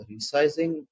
resizing